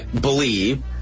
believe